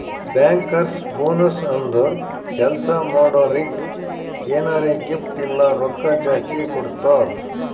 bankers bonus ಅಂದುರ್ ಕೆಲ್ಸಾ ಮಾಡೋರಿಗ್ ಎನಾರೇ ಗಿಫ್ಟ್ ಇಲ್ಲ ರೊಕ್ಕಾ ಜಾಸ್ತಿ ಕೊಡ್ತಾರ್